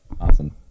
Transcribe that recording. awesome